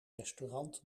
restaurant